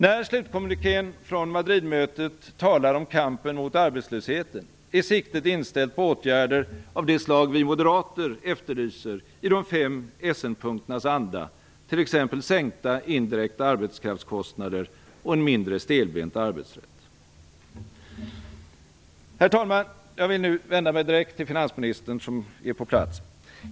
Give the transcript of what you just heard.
När slutkommunikén från Madridmötet talar om kampen mot arbetslösheten, är siktet inställt på åtgärder av det slag vi moderater efterlyser i de fem Essenpunkternas anda, t.ex. sänkta indirekta arbetskraftskostnader och en mindre stelbent arbetsrätt. Herr talman! Jag vill nu vända mig direkt till finansministern, som är på plats.